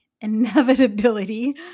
Inevitability